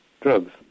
drugs